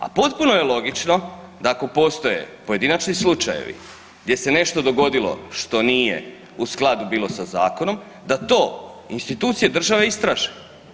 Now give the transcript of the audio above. A potpuno je logično da ako postoje pojedinačni slučajevi gdje se nešto dogodilo što nije u skladu bilo sa zakonom da to institucije države istraže.